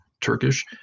Turkish